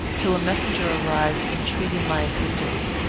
till a messenger arrived, entreating my assistance.